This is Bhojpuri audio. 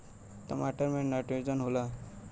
टमाटर मे नाइट्रोजन होला?